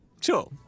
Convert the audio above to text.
sure